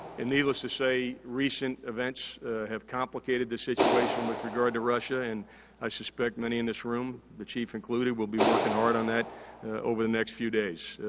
and, needless to say, recent events have complicated the situation with regard to russia and i suspect many in this room, the chief included will be working hard on that over the next few days.